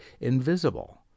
invisible